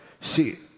see